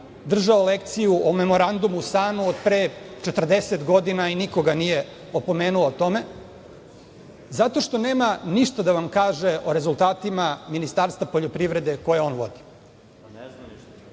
držao lekciju o memorandumu SANU od pre 40 godina i niko ga nije opomenuo za to. Zato što nema ništa da vam kaže o rezultatima Ministarstva poljoprivrede koje on vodi. Obećali